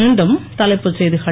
மீண்டும் தலைப்புச் செய்திகள்